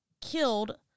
killed